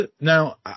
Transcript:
Now